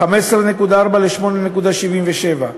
15.5% ל-8.77%.